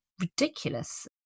ridiculous